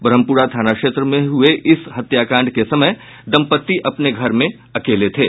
ब्रह्मपुरा थाना क्षेत्र में हुए इस हत्याकांड के समय दंपत्ति अपने घर में अकेले थे